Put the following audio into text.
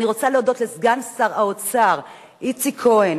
אני רוצה להודות לסגן שר האוצר איציק כהן,